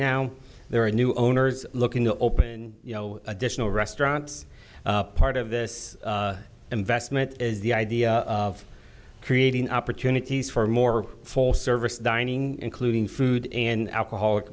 now there are new owners looking to open you know additional restaurants part of this investment is the idea of creating opportunities for more full service dining including food and alcoholic